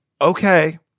okay